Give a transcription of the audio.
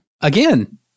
Again